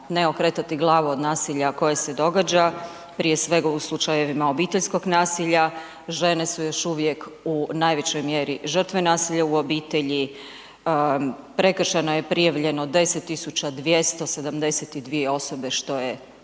ne okretati glavu od nasilja koje se događa prije svega u slučajevima obiteljskog nasilja, žene su još uvijek u najvećoj mjeri žrtve nasilja u obitelji, prekršeno je i prijavljeno 10272 osobe što je